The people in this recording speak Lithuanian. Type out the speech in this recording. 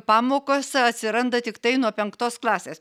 pamokos atsiranda tiktai nuo penktos klasės